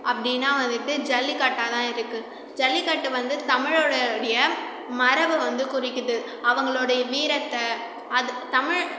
அப்படின்னா வந்துவிட்டு ஜல்லிக்கட்டாகதான் இருக்கு ஜல்லிக்கட்டு வந்து தமிழருடைய மரபை வந்து குறிக்குது அவங்களுடைய வீரத்தை அது தமிழ்